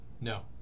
No